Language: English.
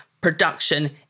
production